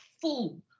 full